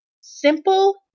Simple